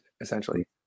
essentially